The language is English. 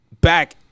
back